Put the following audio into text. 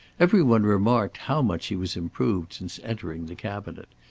every one remarked how much he was improved since entering the cabinet.